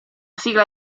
sigla